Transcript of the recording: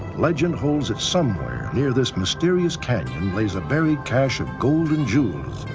legend holds that somewhere near this mysterious canyon lays a buried cache of gold and jewels.